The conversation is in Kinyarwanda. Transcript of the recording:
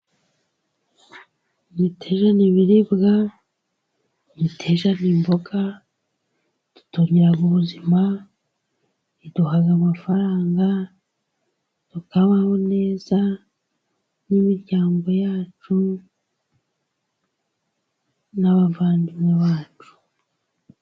ntiterane ibiribwa duteranye imboga tutungira ubuzima iduhaga amafaranga tukabaho neza n'imiryango yacu n'abavandimwe bacu